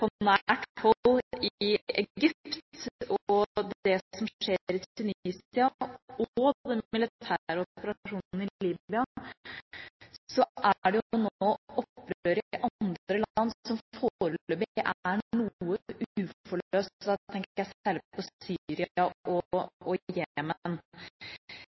det som skjer i Tunisia, og om den militære operasjonen i Libya, er det jo nå opprør i andre land som foreløpig er noe uforløst, og da tenker jeg særlig på Syria og Jemen. Når det gjelder Syria,